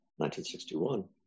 1961